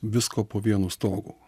visko po vienu stogu